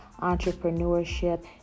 entrepreneurship